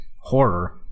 horror